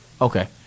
Okay